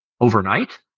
overnight